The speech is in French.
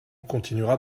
continuera